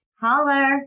holler